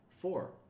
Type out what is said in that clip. four